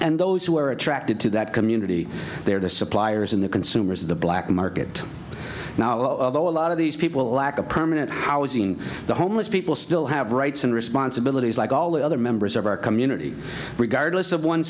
and those who are attracted to that community there to suppliers in the consumers the black market now although a lot of these people lack a permanent housing the homeless people still have rights and responsibilities like all the other members of our community regardless of one